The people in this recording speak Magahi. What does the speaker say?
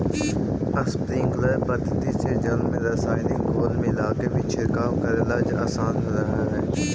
स्प्रिंकलर पद्धति से जल में रसायनिक घोल मिलाके भी छिड़काव करेला आसान रहऽ हइ